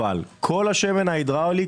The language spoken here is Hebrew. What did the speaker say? אבל כל השמן ההידראולי,